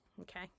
okay